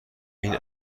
این